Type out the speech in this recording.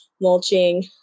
mulching